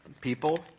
people